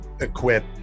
equip